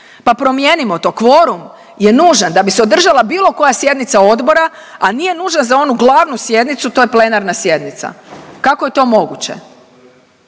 Pa promijenimo to. Kvorum je nužan da bi se održala bilo koja sjednica odbora, a nije nužan za onu glavnu sjednicu to je plenarna sjednica, kako je to moguće?